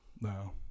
No